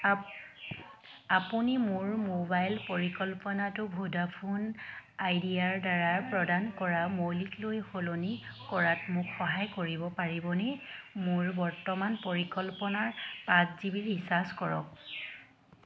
আ আপুনি মোৰ মোবাইল পৰিকল্পনাটো ভোডাফোন আইডিয়াৰ দ্বাৰা প্ৰদান কৰা মৌলিকলৈ সলনি কৰাত মোক সহায় কৰিব পাৰিবনে মোৰ বৰ্তমান পৰিকল্পনাৰ পাঁচ জি বি ৰিচাৰ্জ কৰক